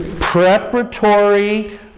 Preparatory